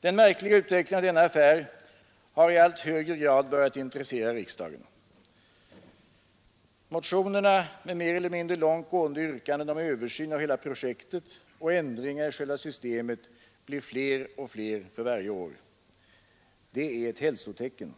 Den märkliga utvecklingen av denna affär har i allt högre grad börjat intressera riksdagen. Motionerna med mer eller mindre långt gående yrkanden om översyn av hela projektet och ändringar i själva systemet blir fler och fler för varje år. Det är ett hälsotecken.